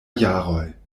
jaroj